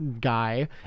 Guy